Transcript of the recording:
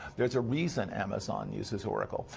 there's a reason amazon uses oracle.